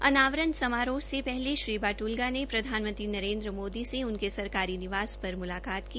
अनावरण समारोह से पहले श्री बादुल्गा ने प्रधानमंत्री नरेन्द्र मोदी से उनके सरकारी निवास पर मुलाकात की